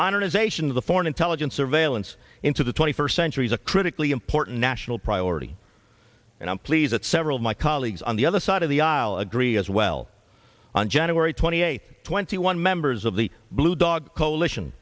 modernization of the foreign intelligence surveillance into the twenty first century is a critically important national priority and i'm pleased that several of my colleagues on the other side of the aisle agree as well on january twenty eighth twenty one members of the blue dog coalition